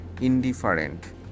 indifferent